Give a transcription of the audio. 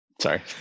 Sorry